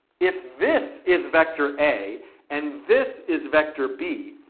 if this is vector a and this is vector b,